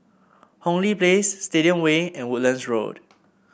Hong Lee Place Stadium Way and Woodlands Road